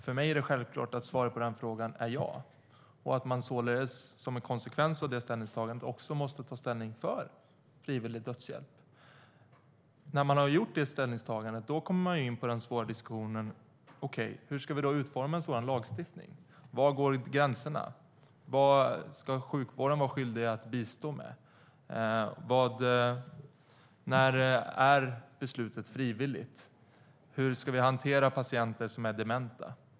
För mig är det självklart att svaret på den frågan är ja och att man således, som en konsekvens av det ställningstagandet, måste ta ställning för frivillig dödshjälp. När man har gjort det ställningstagandet kommer man in på den svåra diskussionen hur vi ska utforma en sådan lagstiftning. Var går gränserna? Vad ska sjukvården vara skyldig att bistå med? När är beslutet frivilligt? Hur ska vi hantera patienter som är dementa?